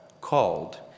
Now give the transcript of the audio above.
called